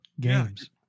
games